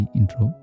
intro